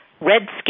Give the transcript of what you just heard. Redskins